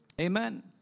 Amen